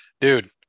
dude